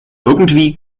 irgendwie